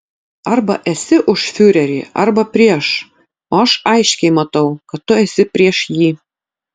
arba esi už fiurerį arba prieš o aš aiškiai matau kad tu esi prieš jį